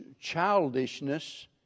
childishness